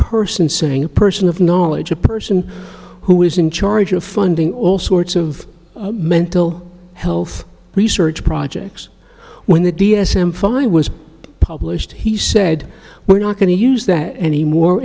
person saying a person of knowledge a person who is in charge of funding all sorts of mental health research projects when the d s m fi was published he said we're not going to use that anymore